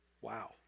Wow